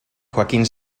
joaquín